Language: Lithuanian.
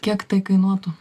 kiek tai kainuotų